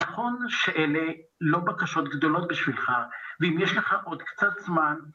נכון שאלה לא בקשות גדולות בשבילך, ואם יש לך עוד קצת זמן...